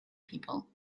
people